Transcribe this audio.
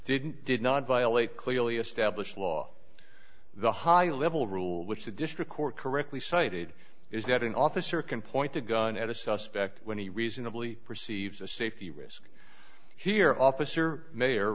didn't did not violate clearly established law the high level rule which the district court correctly cited is that an officer can point the gun at a suspect when he reasonably perceives a safety risk here officer may or